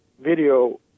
video